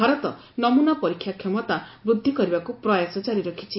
ଭାରତ ନମୂନା ପରୀକ୍ଷା କ୍ଷମତା ବୃଦ୍ଧିକରିବାକୁ ପ୍ରୟାସ ଜାରି ରଖିଛି